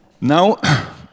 Now